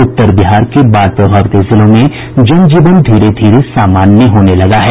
उत्तर बिहार के बाढ़ प्रभावित जिलों में जनजीवन धीरे धीरे सामान्य होने लगा है